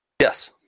Yes